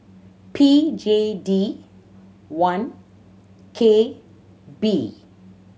P J D one K B